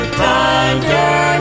thunder